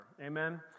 Amen